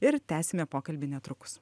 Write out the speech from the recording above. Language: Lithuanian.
ir tęsime pokalbį netrukus